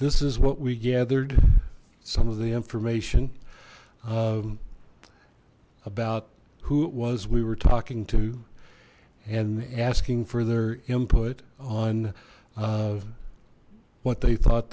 this is what we gathered some of the information about who it was we were talking to and asking for their input on what they thought